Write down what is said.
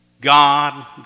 God